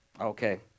Okay